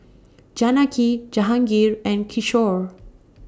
Janaki Jahangir and Kishore